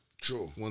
True